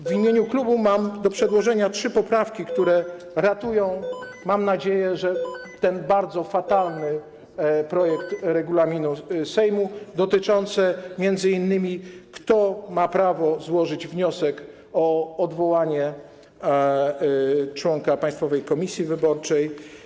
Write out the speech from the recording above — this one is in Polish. W imieniu klubu mam do przedłożenia trzy poprawki, które ratują, mam nadzieję, ten bardzo fatalny projekt regulaminu Sejmu, dotyczące m.in. tego, kto ma prawo złożyć wniosek o odwołanie członka Państwowej Komisji Wyborczej.